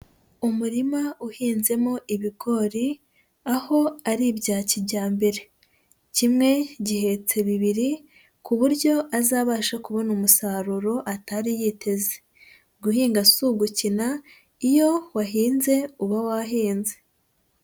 Umurima uhinzemo ibigori, aho ari ibya kijyambere, kimwe gihetse bibiri ku buryo azabasha kubona umusaruro atari yiteze, guhinga si ugukina iyo wahinze uba wahinze.